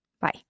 Bye